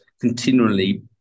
continually